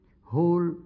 whole